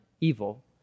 evil